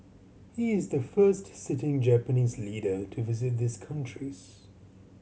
he is the first sitting Japanese leader to visit these countries